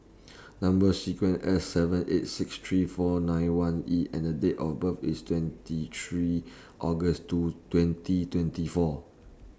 Number sequence IS S seven eight six three four nine one E and Date of birth IS twenty three August twenty twenty four